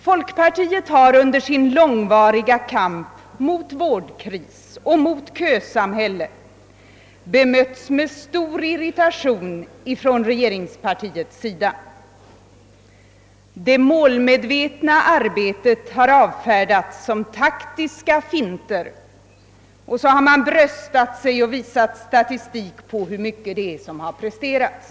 Folkpartiet har under sin långvariga kamp mot vårdkris och mot kösamhälle mötts av stor irritation från regeringspartiets sida. Det målmedvetna arbetet har avfärdats som taktiska finter, och regeringspartiets företrädare har bröstat sig och visat statistik på hur mycket det är som presterats.